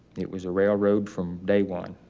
it was a railroad from day one